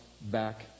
back